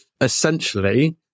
essentially